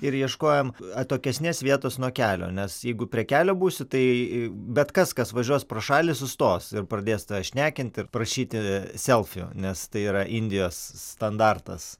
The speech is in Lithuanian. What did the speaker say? ir ieškojom atokesnės vietos nuo kelio nes jeigu prie kelio būsi tai bet kas kas važiuos pro šalį sustos ir pradės tave šnekint ir prašyti selfio nes tai yra indijos standartas